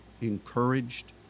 encouraged